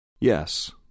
Yes